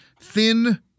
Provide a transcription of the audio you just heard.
thin